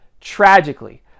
Tragically